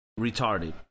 retarded